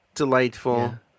delightful